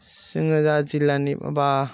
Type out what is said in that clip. जोङो जा जिल्लानि माबा